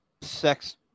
sex